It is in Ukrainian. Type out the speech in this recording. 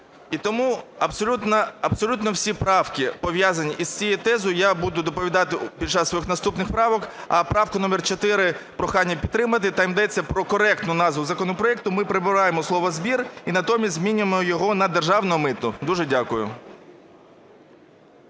і тому абсолютно всі правки, пов'язані із цією тезою, я буду доповідати під час своїх наступних правок. А правку номер 4 прохання підтримати. Там йдеться про коректну назву законопроекту, ми прибираємо слово "збір" і натомість змінюємо його на "державне мито". Дуже дякую.